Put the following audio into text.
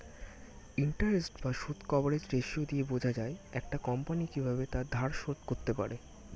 interest বা সুদ coverage ratio দিয়ে বোঝা যায় একটা কোম্পানি কিভাবে তার ধার শোধ করতে পারে